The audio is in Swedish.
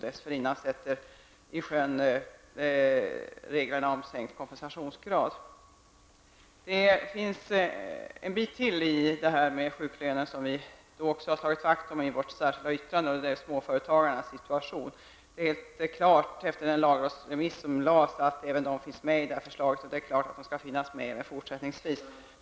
Dessförinnan sätter vi i sjön reglerna om sänkt kompensationsgrad. I vårt särskilda yttrande har vi tagit upp frågan om småföretagarnas särskilda situation. Efter lagrådsremissen är det alldeles klart att dessa skall finnas med fortsättningsvis.